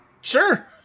Sure